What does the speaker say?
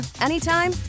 anytime